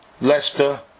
Leicester